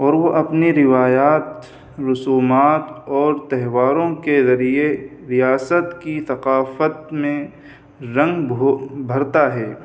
اور وہ اپنی روایات رسومات اور تیہواروں کے ذریعے ریاست کی ثقافت میں رنگ بھرتا ہے